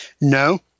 No